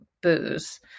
booze